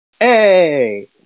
Hey